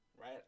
right